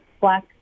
Black